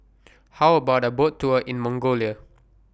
How about A Boat Tour in Mongolia